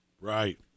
Right